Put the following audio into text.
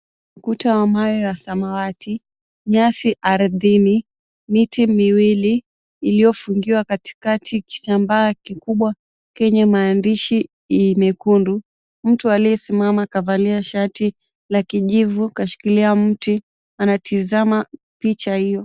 Kuta wa mawe wa samawati, nyasi ardhini, miti miwili iliyofungiwa katikati kitambaa kikubwa kenye maandishi mekundu. Mtu aliyesimama akavalia shati la kijivu kashikilia mti anatizama picha hiyo.